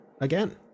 again